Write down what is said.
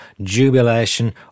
jubilation